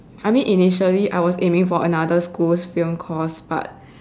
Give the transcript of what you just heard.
I mean initially I was aiming for another school's film course but